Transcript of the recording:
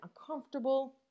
uncomfortable